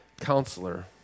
counselor